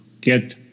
get